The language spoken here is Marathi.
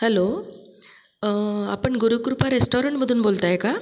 हलो आपण गुरुकृपा रेस्टॉरंटमधून बोलताय का